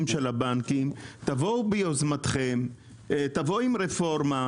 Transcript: הבנקים - תבואו מיוזמתכם עם רפורמה,